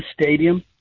stadium